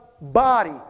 body